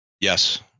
Yes